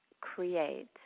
create